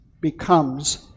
becomes